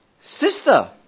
sister